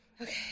Okay